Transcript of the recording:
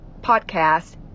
podcast